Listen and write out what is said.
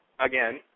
again